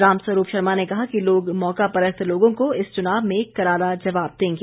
रामस्वरूप शर्मा ने कहा कि लोग मौका परस्त लोगों को इस चुनाव में करारा जवाब देंगे